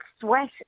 sweat